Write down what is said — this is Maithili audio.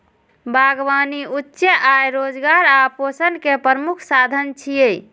बागबानी उच्च आय, रोजगार आ पोषण के प्रमुख साधन छियै